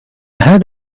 had